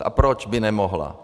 A proč by nemohla?